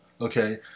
okay